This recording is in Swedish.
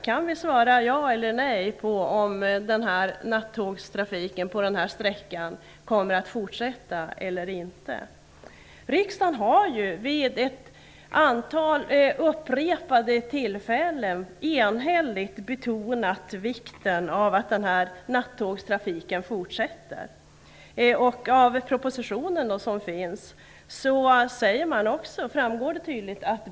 Kan ni svara ja eller nej på om nattågstrafiken på den här sträckan kommer att fortsätta? Riksdagen har vid upprepade tillfällen enhälligt betonat vikten av att den här nattågstrafiken fortsätter. Av propositionen framgår det också tydligt att beläggningen är god.